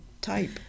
type